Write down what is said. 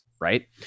right